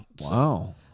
Wow